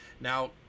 Now